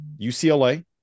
UCLA